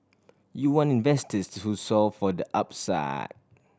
you want investors who solve for the upside